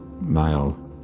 male